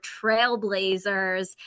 trailblazers